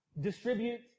distribute